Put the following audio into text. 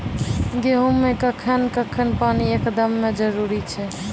गेहूँ मे कखेन कखेन पानी एकदमें जरुरी छैय?